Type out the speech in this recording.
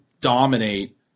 dominate